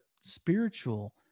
spiritual